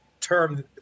term